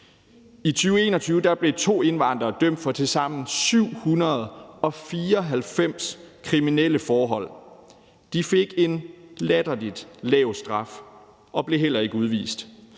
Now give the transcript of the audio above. I 2021 blev to indvandrere dømt for tilsammen 794 kriminelle forhold. De fik en latterlig lav straf og blev heller ikke udvist.